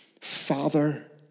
father